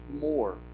more